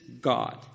God